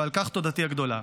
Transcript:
ועל כך תודתי הגדולה.